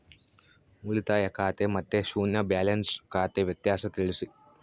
ಉಳಿತಾಯ ಖಾತೆ ಮತ್ತೆ ಶೂನ್ಯ ಬ್ಯಾಲೆನ್ಸ್ ಖಾತೆ ವ್ಯತ್ಯಾಸ ತಿಳಿಸಿ?